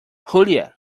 julia